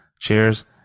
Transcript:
Cheers